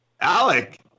Alec